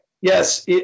Yes